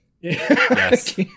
Yes